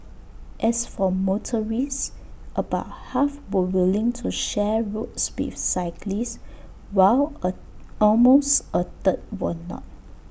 as for motorists about half were willing to share roads with cyclists while A almost A third were not